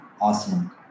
awesome